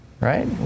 right